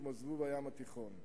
כמו זבוב הים התיכון.